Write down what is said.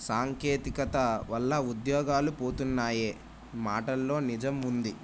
సాంకేతికత వల్ల ఉద్యోగాలు పోతున్నాయా మాటల్లో నిజం ఉంది